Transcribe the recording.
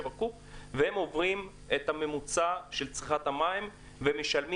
כך הם עוברים את הממוצע של צריכת המים ומשלמים